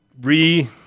re